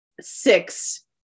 six